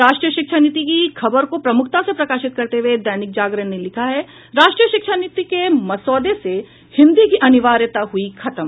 राष्ट्रीय शिक्षा नीति की खबर को प्रमुखता से प्रकाशित करते हुए दैनिक जागरण ने लिखा है राष्ट्रीय शिक्षा नीति के मसौदे से हिन्दी की अनिवार्यता हुई खत्म